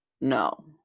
no